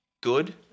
good